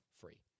free